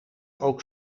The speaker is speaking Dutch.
ook